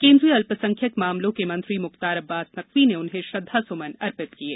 केन्द्रीय अल्पसंख्यक मामलों के मंत्री मुख्तार अब्बास नकबी ने उन्हें श्रद्वासुमन अर्पित किये